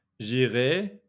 J'irai